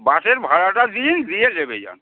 বাসের ভাড়াটা দিন দিয়ে নেমে যান